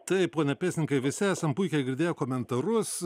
taip pone pėstininkai visi esam puikiai girdėję komentarus